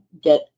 get